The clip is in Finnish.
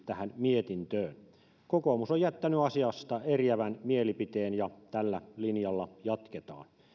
tähän mietintöön päätyi kokoomus on jättänyt asiasta eriävän mielipiteen ja tällä linjalla jatketaan